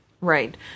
Right